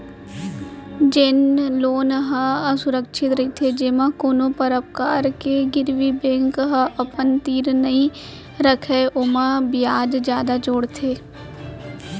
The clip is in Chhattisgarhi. जेन लोन ह असुरक्छित रहिथे जेमा कोनो परकार के गिरवी बेंक ह अपन तीर नइ रखय ओमा बियाज जादा जोड़थे